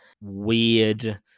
weird